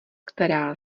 která